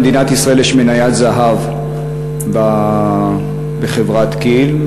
למדינת ישראל יש מניית זהב בחברת כי"ל,